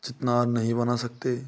चितनार नहीं बना सकते